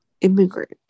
immigrant